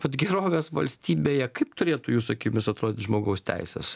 vat gerovės valstybėje kaip turėtų jūsų akimis atrodyt žmogaus teisės